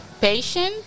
patient